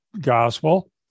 gospel